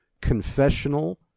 confessional